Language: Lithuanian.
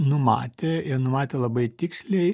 numatė ir numatė labai tiksliai